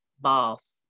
boss